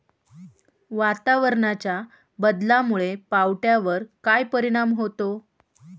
वातावरणाच्या बदलामुळे पावट्यावर काय परिणाम होतो?